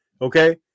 okay